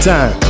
Time